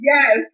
Yes